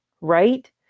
Right